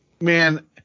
Man